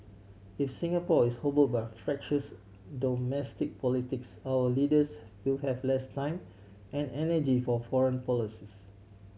if Singapore is hobble by fractious domestic politics our leaders will have less time and energy for foreign policies